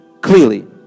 clearly